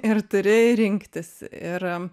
ir turi rinktis ir